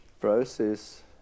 process